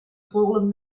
fallen